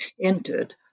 entered